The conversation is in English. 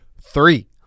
three